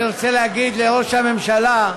אני רוצה להגיד לראש הממשלה: